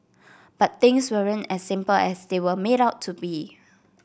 but things weren't as simple as they were made out to be